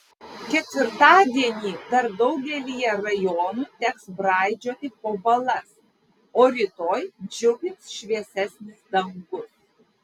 ketvirtadienį dar daugelyje rajonų teks braidžioti po balas o rytoj džiugins šviesesnis dangus